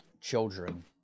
children